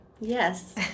Yes